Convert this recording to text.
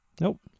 Nope